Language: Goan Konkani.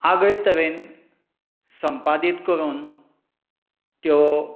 आगळे तरेन संपादीत करून त्यो